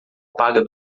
paga